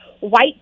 white